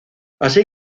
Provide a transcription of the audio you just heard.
así